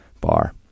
Bar